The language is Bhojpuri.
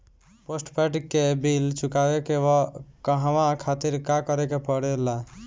पोस्टपैड के बिल चुकावे के कहवा खातिर का करे के पड़ें ला?